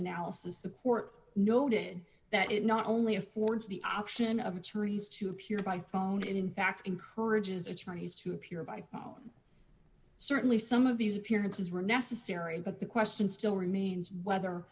analysis the court noted that it not only affords the option of attorneys to appear by phone and in fact encourages attorneys to appear by phone certainly some of these appearances were necessary but the question still remains whether